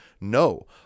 No